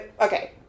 okay